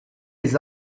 les